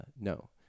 No